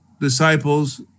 Disciples